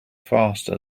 faster